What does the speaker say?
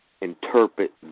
interpret